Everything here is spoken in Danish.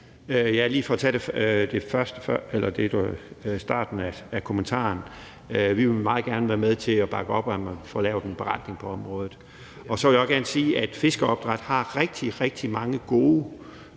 For lige at tage starten af kommentaren vil jeg sige, at vi meget gerne vil være med til at bakke op om, at vi får lavet en beretning på området. Så vil jeg også gerne sige, at fiskeopdræt har rigtig, rigtig mange gode